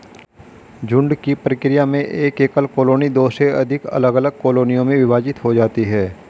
झुंड की प्रक्रिया में एक एकल कॉलोनी दो से अधिक अलग अलग कॉलोनियों में विभाजित हो जाती है